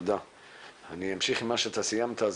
אני אמשיך עם מה שאתה סיכמת,